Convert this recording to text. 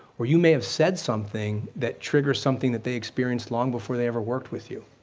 or you may have said something that triggered something that they experienced long before they ever worked with you.